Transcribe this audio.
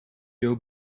ook